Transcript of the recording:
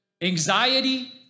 Anxiety